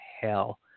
hell